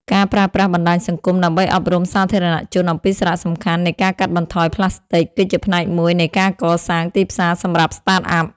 ការប្រើប្រាស់បណ្ដាញសង្គមដើម្បីអប់រំសាធារណជនអំពីសារៈសំខាន់នៃការកាត់បន្ថយប្លាស្ទិក គឺជាផ្នែកមួយនៃការកសាងទីផ្សារសម្រាប់ Startup។